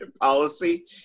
policy